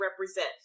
represent